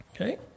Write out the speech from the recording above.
Okay